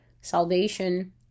salvation